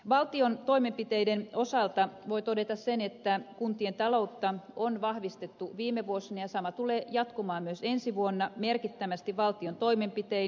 valtion toimenpiteiden osalta voi todeta sen että kuntien taloutta on vahvistettu viime vuosina ja sama tulee jatkumaan myös ensi vuonna merkittävästi valtion toimenpitein